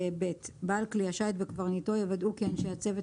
בעל כלי השיט וקברניטו יוודאו כי אנשי הצוות